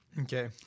Okay